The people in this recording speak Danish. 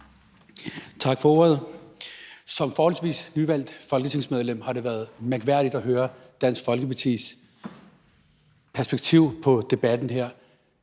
Tak for ordet. Som forholdsvis nyvalgt folketingsmedlem har det været mærkværdigt at høre Dansk Folkepartis perspektiv på debatten her.